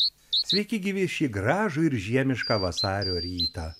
sveiki gyvi šį gražų ir žiemišką vasario rytą